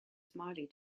smiley